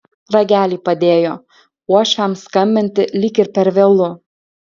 ragelį padėjo uošviams skambinti lyg ir per vėlu